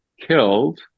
killed